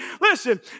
Listen